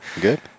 Good